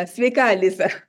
sveika alisa